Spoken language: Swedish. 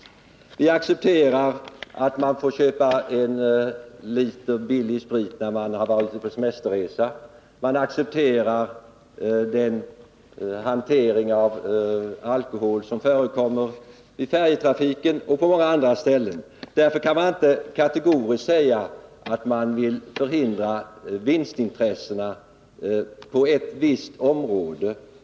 Vi accepterar att man får köpa en liter billig sprit när man varit ute på en semesterresa. Vi accepterar den hantering av alkohol som förekommer i samband med färjetrafiken och på många andra ställen. Därför kan man inte kategoriskt säga att man vill förhindra vinstintressena på ett visst område.